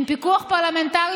עם פיקוח פרלמנטרי,